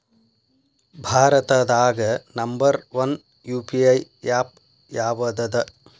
ಭಾರತದಾಗ number one UPI app ಯಾವದದ